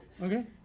okay